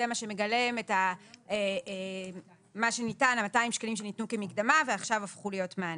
זה מה שמגלם את ה-200 שקלים שניתנו כמקדמה ועכשיו הפכו להיות מענק,